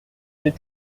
c’est